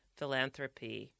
philanthropy